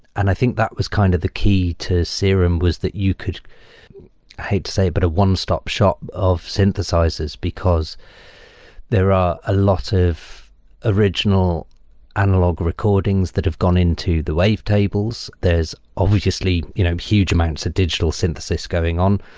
and i think that was kind of the key to serum, was that you could i hate to say, but a one stop shop of synthesizers because there are a lot of original analog recordings that have gone into the wave tables. there is obviously you know huge amounts of digital synthesis going on,